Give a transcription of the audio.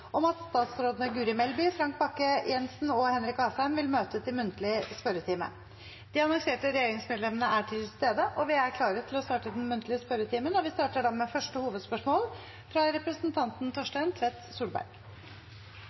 om at statsrådene Guri Melby, Frank Bakke-Jensen og Henrik Asheim vil møte til muntlig spørretime. De annonserte regjeringsmedlemmene er til stede, og vi er klare til å starte den muntlige spørretimen. Vi starter med første hovedspørsmål, fra representanten Torstein Tvedt Solberg.